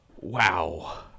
wow